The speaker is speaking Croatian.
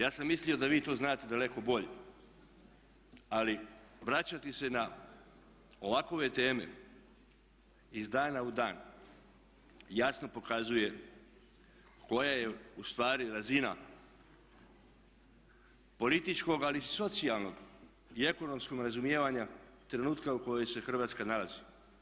Ja sam mislio da vi to znate daleko bolje, ali vraćati se na ovakve teme iz dana u dan jasno pokazuje koja je ustvari razina političkog ali i socijalnog i ekonomskog razumijevanja trenutka u kojem se Hrvatska nalazi.